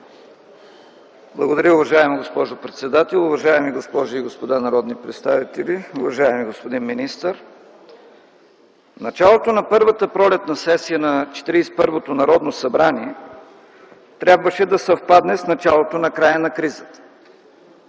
Благодаря, уважаема госпожо председател. Уважаеми госпожи и господа народни представители, уважаеми господин министър! Началото на първата пролетна сесия на Четиридесет и първото Народно събрание трябваше да съвпадне с началото на края на кризата.